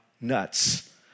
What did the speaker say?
nuts